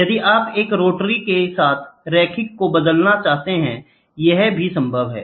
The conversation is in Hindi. यदि आप एक रोटरी के साथ रैखिक को बदलना चाहते थे यह भी संभव है